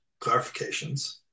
Clarifications